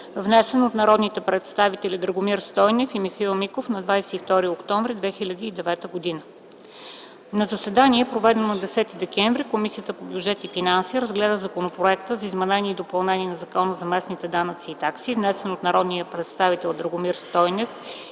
внесен от народните представители Драгомир Стойнев и Михаил Миков на 22 октомври 2009 г. На заседание, проведено на 10 декември 2009 г., Комисията по бюджет и финанси разгледа Законопроекта за изменение и допълнение на Закона за местните данъци и такси, внесен от народните представители Драгомир Стойнев